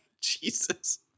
Jesus